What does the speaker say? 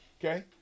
Okay